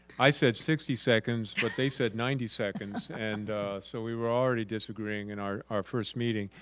i said sixty seconds but they said ninety seconds and so we were already disagreeing in our our first meeting,